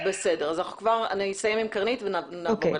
אני אסיים עם קרנית ונעבור אליך.